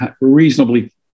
reasonably